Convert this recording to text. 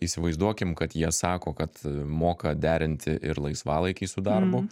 įsivaizduokim kad jie sako kad moka derinti ir laisvalaikį su darbu